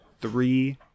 Three